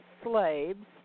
Slaves